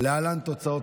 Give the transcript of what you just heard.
את הצעת